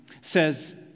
says